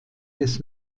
des